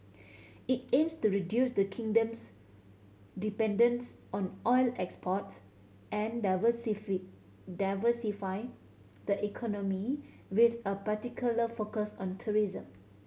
it aims to reduce the kingdom's dependence on oil exports and diversify the economy with a particular focus on tourism